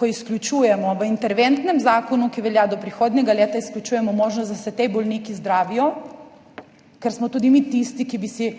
ko izključujemo v interventnem zakonu, ki velja do prihodnjega leta, možnost, da se ti bolniki zdravijo. Ker smo tudi mi tisti, ki bi si